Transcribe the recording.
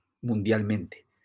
mundialmente